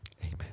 Amen